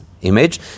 image